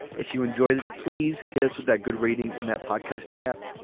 if you enjoyed it, please hit us with that good reading in that podcasting app.